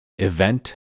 event